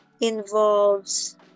involves